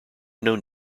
known